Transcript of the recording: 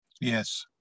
Yes